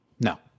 No